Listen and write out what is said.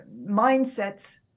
mindsets